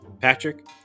Patrick